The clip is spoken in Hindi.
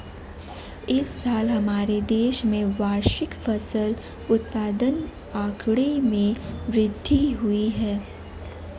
इस साल हमारे देश में वार्षिक फसल उत्पादन आंकड़े में वृद्धि हुई है